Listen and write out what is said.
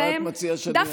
אבל מה את מציעה שאני אעשה?